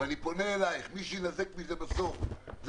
-- ואני פונה אלייך מי שיינזק מזה בסוף זה